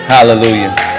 Hallelujah